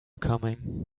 coming